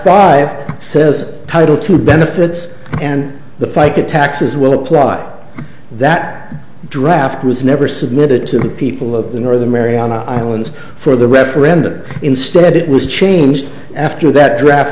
five says title two benefits and the fica taxes will apply that draft was never submitted to the people of the northern mariana islands for the referendum instead it was changed after that draft